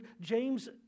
James